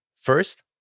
first